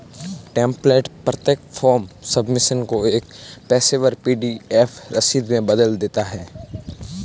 template प्रत्येक form submission को एक पेशेवर पी.डी.एफ रसीद में बदल देता है